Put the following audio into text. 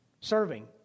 Serving